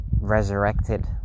resurrected